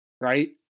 right